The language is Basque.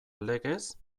legez